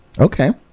okay